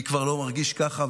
אני כבר לא מרגיש ככה,